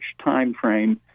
timeframe